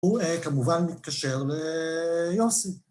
‫הוא כמובן מתקשר ליוסי.